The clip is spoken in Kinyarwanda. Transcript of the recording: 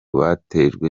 batejwe